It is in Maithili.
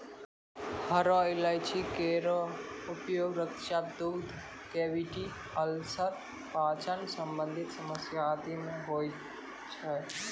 हरो इलायची केरो उपयोग रक्तचाप, दुर्गंध, कैविटी अल्सर, पाचन संबंधी समस्या आदि म होय छै